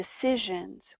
decisions